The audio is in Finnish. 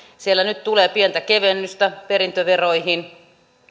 nyt tulee pientä kevennystä perintöveroihin